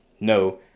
no